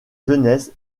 jeunesse